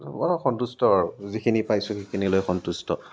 হ'লেও মই সন্তুষ্ট যিখিনি পাইছো সেইখিনি লৈ সন্তুষ্ট